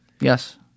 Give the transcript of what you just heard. Yes